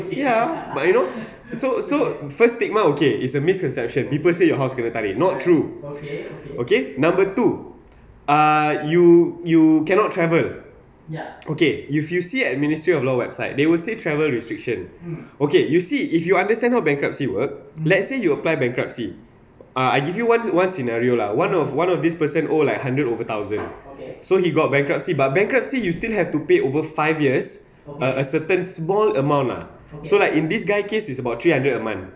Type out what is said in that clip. ya but you know so so first statement okay is a misconception people say your house kena tarik not true okay number two uh you you cannot travel okay if you see at ministry of law website they will say travel restriction okay you see if you understand how bankruptcy work let's say you apply bankruptcy uh I give you one one scenario lah one of one of this person oh like hundred over thousand so he got bankruptcy but bankruptcy you still have to pay over five years a certain small amount lah so like in this guy case is about three hundred a month